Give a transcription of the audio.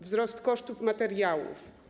Wzrost kosztów i materiałów.